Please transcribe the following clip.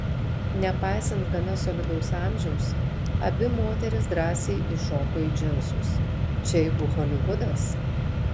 nepaisant gana solidaus amžiaus abi moterys drąsiai įšoko į džinsus čia juk holivudas